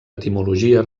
etimologia